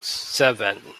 seven